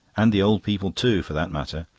and the old people too, for that matter.